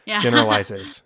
Generalizes